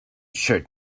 shirt